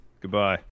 Goodbye